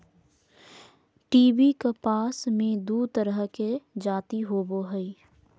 BT कपास मे दू तरह के जाति होबो हइ